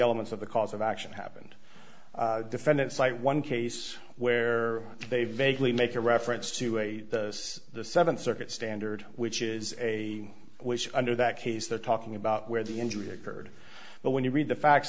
elements of the cause of action happened defendant cite one case where they veg lee make a reference to a the seventh circuit standard which is a which under that case they're talking about where the injury occurred but when you read the facts